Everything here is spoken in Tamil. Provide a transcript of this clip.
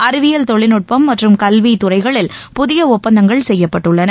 அறிவியல் தொழில்நுட்பம் மற்றும் கல்வி துறைகளில் புதிய ஒப்பந்தங்கள் செய்யப்பட்டுள்ளன